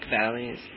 valleys